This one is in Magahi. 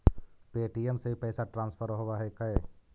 पे.टी.एम से भी पैसा ट्रांसफर होवहकै?